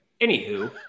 anywho